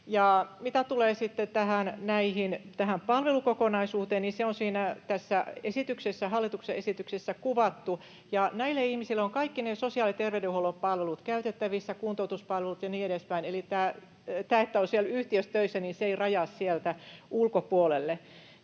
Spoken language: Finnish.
sitten tähän palvelukokonaisuuteen, niin se on tässä hallituksen esityksessä kuvattu. Näille ihmisille ovat kaikki sosiaali- ja terveydenhuollon palvelut käytettävissä, kuntoutuspalvelut ja niin edespäin, eli tämä, että on siellä yhtiössä töissä, ei rajaa sieltä ulkopuolelle.